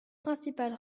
principale